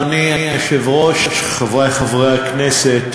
אדוני היושב-ראש, חברי חברי הכנסת,